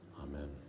Amen